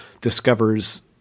discovers